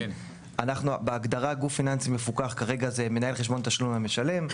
אנחנו בהגדרה גוף פיננסי מפוקח זה כרגע מנהל חשבון תשלום למשלם.